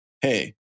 hey